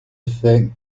fais